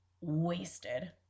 wasted